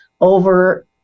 over